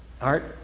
Art